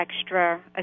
extra